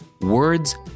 words